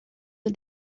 las